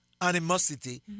animosity